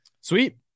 Sweet